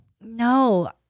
No